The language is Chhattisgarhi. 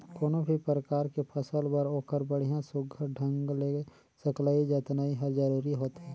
कोनो भी परकार के फसल बर ओखर बड़िया सुग्घर ढंग ले सकलई जतनई हर जरूरी होथे